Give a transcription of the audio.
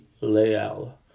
Leal